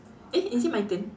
eh is it my turn